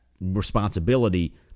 responsibility—